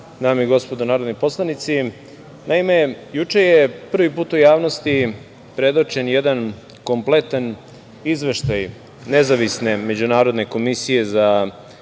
dame i gospodo narodni poslanici, naime, juče je prvi put u javnosti predočen jedan kompletan izveštaj Nezavisne međunarodne komisije za